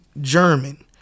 German